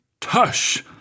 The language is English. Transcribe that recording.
tush